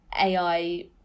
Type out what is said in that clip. AI